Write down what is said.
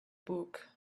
book